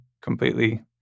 completely